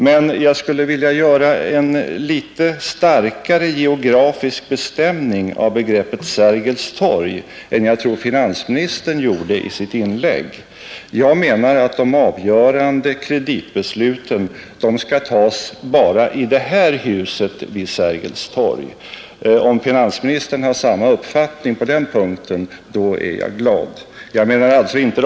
Men jag skulle vilja göra en litet starkare geografisk bestämning av begreppet Sergelstorg än jag tror att finansministern gjorde i sitt inlägg. Jag menar att de avgörande kreditbesluten skall fattas enbart i det här huset vid Sergelstorg och alltså inte i de andra fina husen, som ligger här runt omkring.